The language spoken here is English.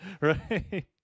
Right